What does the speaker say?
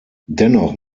dennoch